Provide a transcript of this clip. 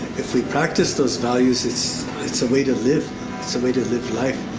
if we practice those values, it's it's a way to live. it's a way to live life